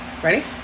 ready